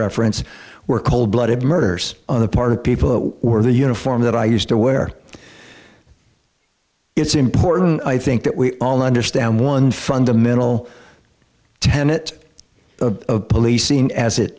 reference were cold blooded murders on the part of people who were the uniform that i used to wear it's important i think that we all understand one fundamental tenet of policing as it